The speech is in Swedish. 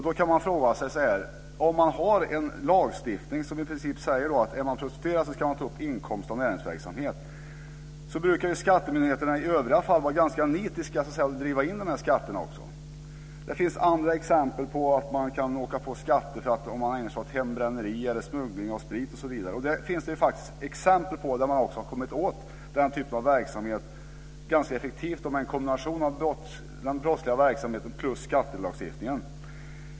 Då kan man fråga sig om vi ska ha en lagstiftning som i princip säger att om man är prostituerad ska man ta upp inkomst av näringsverksamhet. Skattemyndigheterna brukar ju i övriga fall vara ganska nitiska med att driva in skatterna. Det finns andra exempel på att man kan åka på att betala skatter, t.ex. om man ägnar sig åt hembränneri eller smuggling av sprit osv. Det finns faktiskt också exempel på att man har kommit åt denna typ av verksamhet ganska effektivt med en kombination av brottslagstiftningen och skattelagstiftningen.